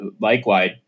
likewise